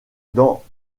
dans